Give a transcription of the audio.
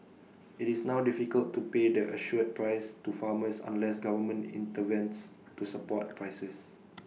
IT is now difficult to pay the assured price to farmers unless government intervenes to support prices